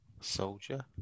soldier